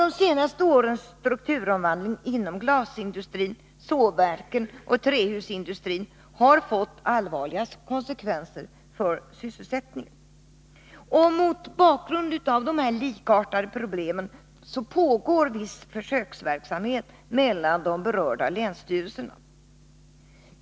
De senaste årens strukturomvandling inom glasindustrin, sågverken och trähusindustrin har fått allvarliga konsekvenser för sysselsättningen. Mot bakgrund av dessa likartade problem pågår viss försöksverksamhet i samarbete mellan de berörda länsstyrelserna.